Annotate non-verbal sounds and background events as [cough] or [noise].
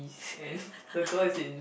[laughs]